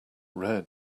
rare